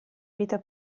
vita